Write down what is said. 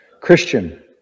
Christian